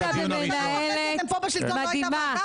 עודד, זכית במנהלת מדהימה.